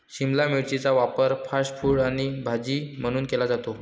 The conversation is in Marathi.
शिमला मिरचीचा वापर फास्ट फूड आणि भाजी म्हणून केला जातो